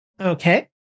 Okay